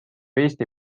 eesti